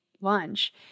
lunch